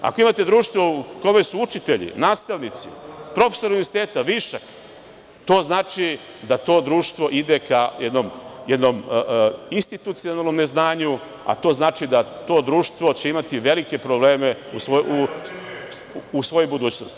Ako imate društvo u kome su učitelji, nastavnici, profesori univerziteta višak, to znači da to društvo ide ka jednom institucionalnom neznanju, a to znači da će to društvo imati velike probleme u svojoj budućnosti.